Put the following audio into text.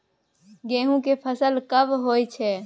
गेहूं के फसल कब होय छै?